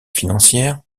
financières